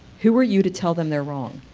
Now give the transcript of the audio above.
who are you to tell them they are wrong.